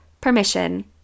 permission